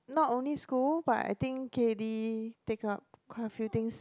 not only school but I think K_D take up quite a few things